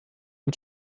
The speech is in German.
und